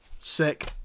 Sick